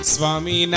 Swami